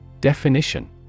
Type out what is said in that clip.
Definition